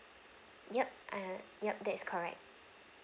yup err yup that is correct